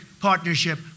Partnership